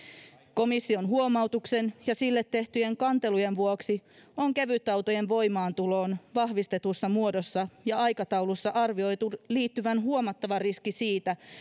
komission huomautuksen ja sille tehtyjen kantelujen vuoksi on kevytautojen voimaantuloon vahvistetussa muodossa ja aikataulussa arvioitu liittyvän huomattava riski siitä